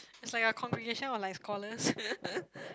it's like a congregation or like scholars